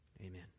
Amen